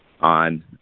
on